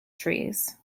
trees